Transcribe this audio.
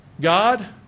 God